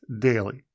daily